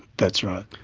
that's right.